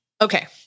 Okay